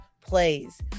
plays